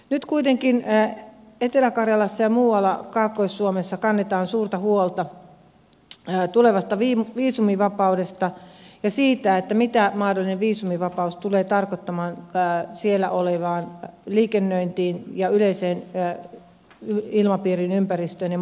nyt kuitenkin etelä karjalassa ja muualla kaakkois suomessa kannetaan suurta huolta tulevasta viisumivapaudesta ja siitä mitä mahdollinen viisumivapaus tulee tarkoittamaan siellä olevaan liikennöintiin ja yleiseen ilmapiirin ympäristöön ja muihin